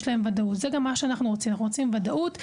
זה גם מה שאנחנו רוצים; אנחנו רוצים ודאות.